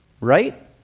Right